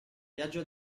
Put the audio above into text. viaggio